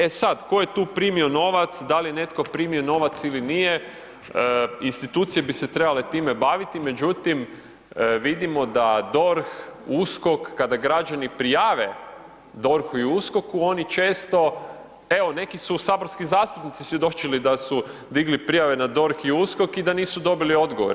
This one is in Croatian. E sad, tko je tu primio novac, da li je netko primio novac ili nije, institucije bi se trebale time baviti, međutim, vidimo da DORH, USKOK, kada građani prijave DORH-u ili USKOK-u oni često, evo, neki su saborski zastupnici svjedočili da su digli prijave na DORH i USKOK i da nisu dobili odgovor.